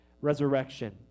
resurrection